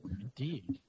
Indeed